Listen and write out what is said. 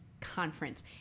Conference